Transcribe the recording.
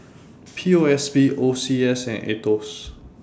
P O S B O C S and Aetos